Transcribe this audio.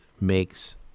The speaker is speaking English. makes